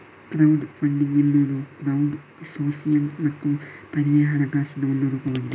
crowd funding ಎನ್ನುವುದು crowd sourcing ಮತ್ತು ಪರ್ಯಾಯ ಹಣಕಾಸಿನ ಒಂದು ರೂಪವಾಗಿದೆ